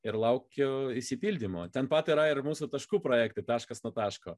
ir laukia išsipildymo ten pat yra ir mūsų taškų projektai taškas nuo taško